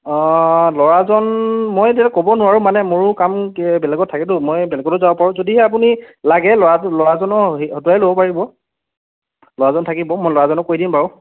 অঁ ল'ৰাজন মই এতিয়া ক'ব নোৱাৰোঁ মানে মোৰো কাম বেলেগত থাকেতো মই বেলেগতো যাব পাৰোঁ যদিহে আপুনি লাগে ল'ৰাটো ল'ৰাজনৰ হেৰি হতুৱাইও ল'ব পাৰিব ল'ৰাজন থাকিব মই ল'ৰাজনক কৈ দিম বাৰু